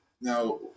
now